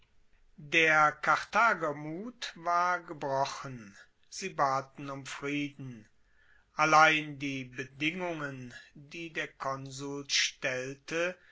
der karthager mut war gebrochen sie baten um frieden allein die bedingungen die der konsul stellte